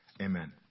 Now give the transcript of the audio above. Amen